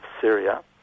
Syria